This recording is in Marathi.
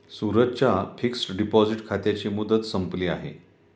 सूरजच्या फिक्सड डिपॉझिट खात्याची मुदत संपली आहे